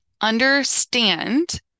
understand